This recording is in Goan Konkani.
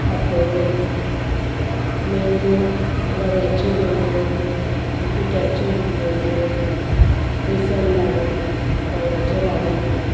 पातोळ्यो नेवऱ्यो रव्याच्यो नेवऱ्यो मागीर पिठ्याच्यो नेवऱ्यो बेसन लाडू रव्याच्यो लाडू